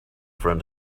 friend